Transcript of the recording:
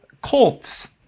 Colts